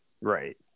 right